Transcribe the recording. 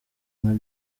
nka